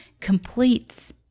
completes